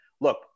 look